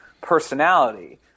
personality